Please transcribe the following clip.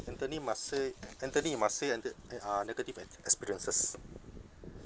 anthony must say anthony you must say antho~ an~ uh negative ex~ experiences